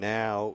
now